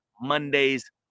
Mondays